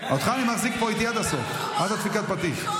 אותך אני מחזיק איתי פה עד הסוף, עד דפיקת הפטיש.